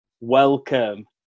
Welcome